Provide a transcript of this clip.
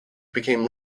became